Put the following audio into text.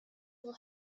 will